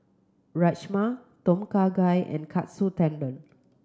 Rajma Tom Kha Gai and Katsu Tendon